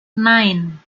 nine